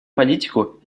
политику